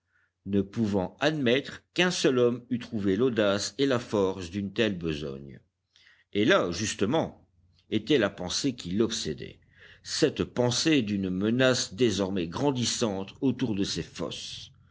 ne pouvant admettre qu'un seul homme eût trouvé l'audace et la force d'une telle besogne et là justement était la pensée qui l'obsédait cette pensée d'une menace désormais grandissante autour de ses fosses